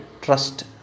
trust